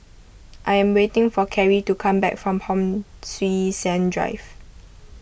I am waiting for Kerry to come back from Hon Sui Sen Drive